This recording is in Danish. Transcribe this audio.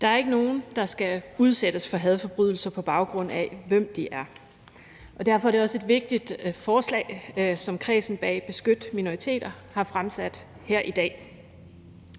Der er ikke nogen, der skal udsættes for hadforbrydelser på baggrund af, hvem de er. Og derfor er det også et vigtigt forslag, som kredsen bag »Beskyt minoriteter« har fremsat her i dag.